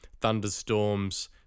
thunderstorms